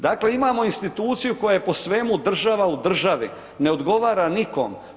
Dakle, imamo instituciju koja je po svemu država u država, ne odgovara nikome.